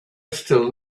still